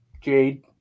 Jade